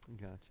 Gotcha